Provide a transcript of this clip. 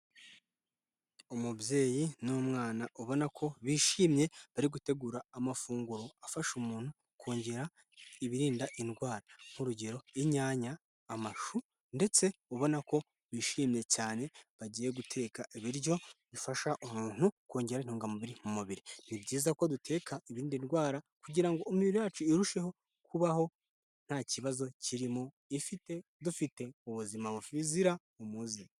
Umubyeyi n'umwana ubona ko bishimye, bari gutegura amafunguro afasha umuntu kongera ibirinda indwara, nk'urugero inyanya, amashu, ndetse ubona ko bishimye cyane bagiye guteka, ibiryo bifasha umuntu kongera intungamubiri mu mubiri, ni byiza ko duteka ibirinda indwara, kugira ngo imibiri yacu irusheho kubaho nta kibazo kirimo dufite ubuzima buzira umuze.